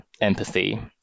empathy